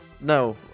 No